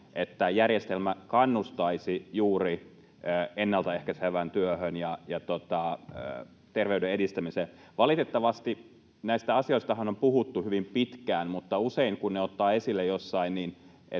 että järjestelmä kannustaisi juuri ennalta ehkäisevään työhön ja terveyden edistämiseen. Näistä asioistahan on puhuttu hyvin pitkään, mutta valitettavasti usein, kun ne ottaa esille jossain,